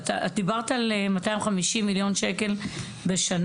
את דיברת על 250 מיליון ₪ בשנה,